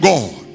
God